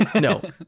no